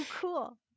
cool